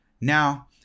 Now